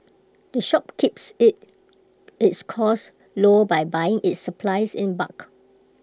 the shop keeps IT its costs low by buying its supplies in bulk